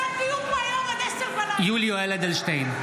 נגד יולי יואל אדלשטיין,